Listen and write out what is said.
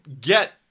get